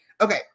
Okay